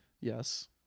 Yes